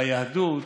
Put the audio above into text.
ביהדות,